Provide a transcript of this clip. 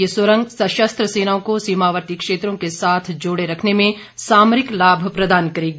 ये सुरंग सशस्त्र सेनाओं को सीमावर्ती क्षेत्रों के साथ जोड़े रखने में सामरिक लाभ प्रदान करेगी